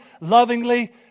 lovingly